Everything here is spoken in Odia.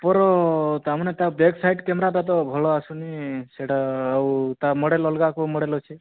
ଓପୋର ବ୍ୟକସାଇଡ଼ କ୍ୟାମେରା ମୁଁ ଶୁଣିଥିଲି ଭଲ ଆସୁନି ସେଇଟା ତାର ଆଉ କେଉଁ ମଡ଼େଲ ଆସୁଛି